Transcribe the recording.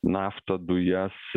naftą dujas